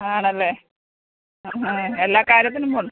ആണല്ലേ ആ ആ എല്ലാ കാര്യത്തിനും പോകണം